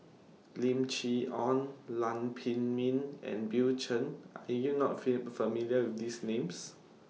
Lim Chee Onn Lam Pin Min and Bill Chen Are YOU not feel familiar with These Names